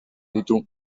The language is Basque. ditu